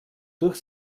durch